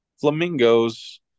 flamingos